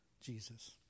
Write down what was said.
Jesus